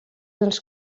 dels